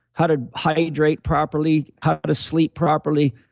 how to hydrate properly, how to sleep properly.